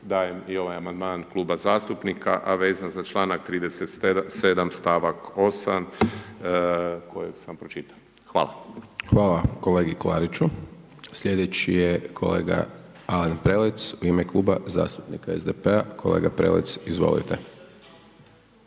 dajem i ovaj amandman Kluba zastupnika a vezan za članak 37. stavak 8. kojeg sam pročitao. Hvala. **Hajdaš Dončić, Siniša (SDP)** Hvala kolegi Klariću. Slijedeći je kolega Alen Prelec u ime Kluba zastupnika SDP-a, kolega Prelec izvolite.